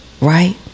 right